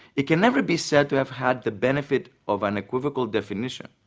it can never be said to have had the benefit of unequivocal definition.